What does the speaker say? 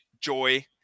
joy